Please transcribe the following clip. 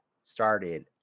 started